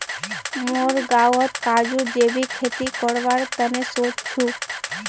मुई गांउत काजूर जैविक खेती करवार तने सोच छि